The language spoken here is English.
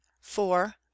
Four